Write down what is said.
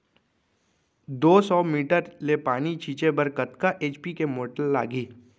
दो सौ मीटर ले पानी छिंचे बर कतका एच.पी के मोटर लागही?